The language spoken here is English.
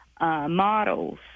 models